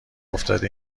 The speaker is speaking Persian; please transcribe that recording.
افتاده